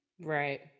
Right